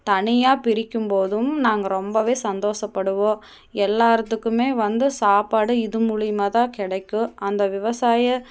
தனியாக பிரிக்கும் போதும் நாங்கள் ரொம்பவே சந்தோஷப்படுவோம் எல்லாருத்துக்குமே வந்து சாப்பாடு இது மூலியமாக தான் கிடைக்கும் அந்த விவசாய